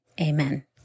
amen